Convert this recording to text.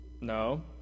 No